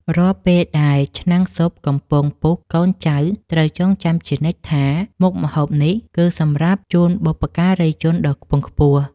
រាល់ពេលដែលឆ្នាំងស៊ុបកំពុងពុះកូនចៅត្រូវចងចាំជានិច្ចថាមុខម្ហូបនេះ គឺសម្រាប់ជូនបុព្វការីជនដ៏ខ្ពង់ខ្ពស់។